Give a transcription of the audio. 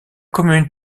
commune